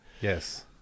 Yes